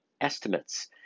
estimates